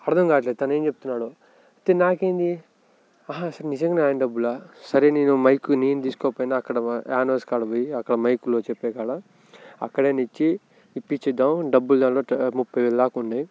అర్థం కావట్లేదు తను ఏం చెప్తున్నాడో అయితే నాకేంది ఆహా ఆశల నిజంగా ఆయన డబ్బులా సరే నేను మైకు నేను తీసుకుపోయినా అక్కడ కానివర్స్ కాడకి పోయి అక్కడ మైకులో చెప్పే కాడ అక్కడే ఇచ్చి ఇప్పించ్చేద్దాం డబ్బులు దాదాపు ముప్ఫైవేలు దాకా ఉన్నాయి